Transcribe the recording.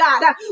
God